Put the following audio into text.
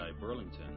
Burlington